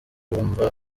wumva